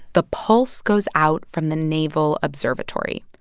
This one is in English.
the pulse goes out from the naval observatory.